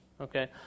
okay